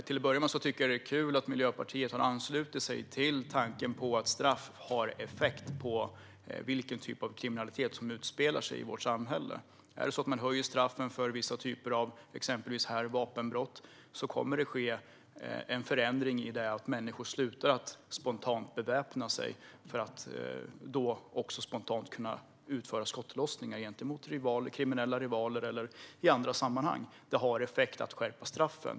Till att börja med tycker jag att det är kul att Miljöpartiet har anslutit sig till tanken att straff har effekt på vilken typ av kriminalitet som utspelar sig i vårt samhälle. Är det så att man höjer straffen för vissa typer av exempelvis vapenbrott kommer det att ske en förändring i det att människor slutar att spontant beväpna sig för att spontant kunna utföra skottlossningar gentemot kriminella rivaler eller i andra sammanhang. Det har effekt att skärpa straffen.